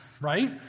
right